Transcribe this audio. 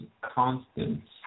constants